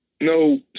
no